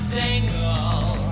tangle